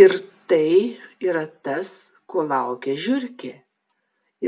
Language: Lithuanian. ir tai yra tas ko laukia žiurkė